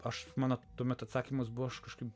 aš manau tuomet atsakymas buvo aš kažkaip